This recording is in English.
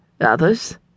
Others